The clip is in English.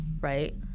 right